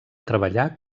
treballar